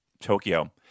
Tokyo